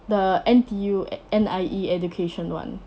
the N_T_U N_I_E education [one]